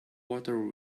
water